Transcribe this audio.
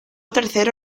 tercero